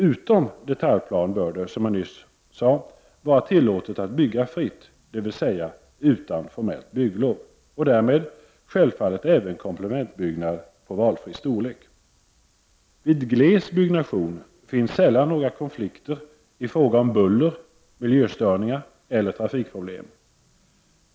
Utom detaljplan bör det, som jag nyss sade, vara tillåtet att bygga fritt, dvs. utan formellt bygglov, och därmed självfallet även komplementbyggnad av valfri storlek. Vid gles byggnation finns sällan några konflikter i fråga om buller, miljöstörningar eller trafikproblem.